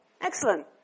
Excellent